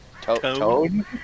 Tone